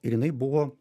ir jinai buvo